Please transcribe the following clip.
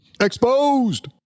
Exposed